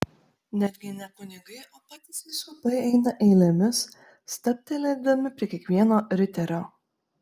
netgi ne kunigai o patys vyskupai eina eilėmis stabtelėdami prie kiekvieno riterio